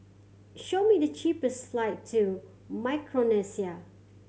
show me the cheapest flight to Micronesia